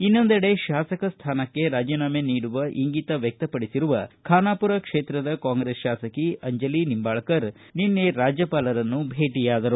ಇನ್ನೊಂದೆಡೆ ಶಾಸಕ ಸ್ಥಾನಕ್ಕೆ ರಾಜೀನಾಮೆ ನೀಡುವ ಇಂಗಿತ ವ್ಯಕ್ತಪಡಿಸಿರುವ ಖಾನಾಪುರ ಕ್ಷೇತ್ರದ ಕಾಂಗ್ರೆಸ್ ಶಾಸಕಿ ಅಂಜಲಿ ನಿಂಬಾಳ್ಕರ್ ನಿನ್ನೆ ರಾಜ್ಯಪಾಲರನ್ನು ಭೇಟಿಯಾದರು